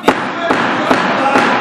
תודה לכם.